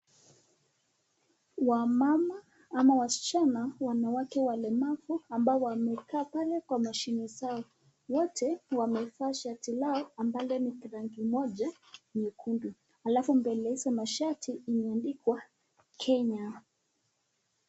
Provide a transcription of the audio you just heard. Wamama ama wasichana wanawake walemavu ambao wamekaa pale kwa mashini zao. Wote wamevaa shati lao ambalo ni rangi moja nyekundu. Alafu mbele ya hizo mashati imeandikwa Kenya.